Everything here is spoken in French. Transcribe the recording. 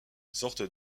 sorte